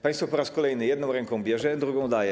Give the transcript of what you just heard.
Państwo po raz kolejny jedną ręką bierze, drugą daje.